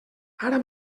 ara